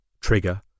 Trigger